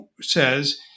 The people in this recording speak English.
says